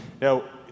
Now